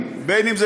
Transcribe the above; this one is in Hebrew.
מסוימים, בין אם אלו